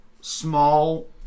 small